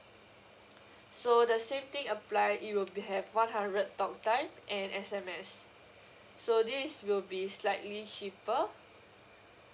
so the same thing apply it will be have one hundred talk time and S_M_S so this will be slightly cheaper